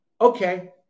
okay